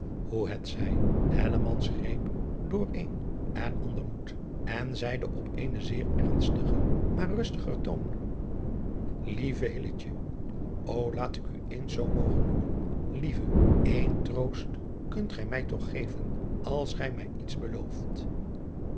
hoe het zij hellemans greep door een en ander moed en zeide op eenen zeer ernstigen maar rustiger toon lieve hilletje o laat ik u eens zoo mogen noemen lieve één troost kunt gij mij toch geven als gij mij iets belooft